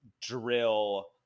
drill